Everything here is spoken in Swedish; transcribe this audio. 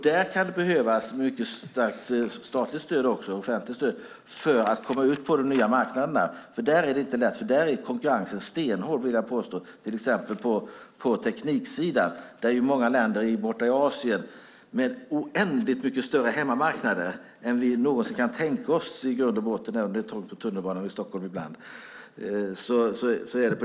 Där kan det behövas mycket starkt statligt och offentligt stöd för att komma ut på de nya marknaderna. Där är det inte lätt, för där är konkurrensen stenhård vill jag påstå. Till exempel på tekniksidan har ju många länder borta i Asien oändligt mycket större hemmamarknader än vi någonsin kan tänka oss i grund och botten. Så är det, även om det är trångt på tunnelbanan i Stockholm ibland.